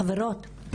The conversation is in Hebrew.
חברות,